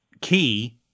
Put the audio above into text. key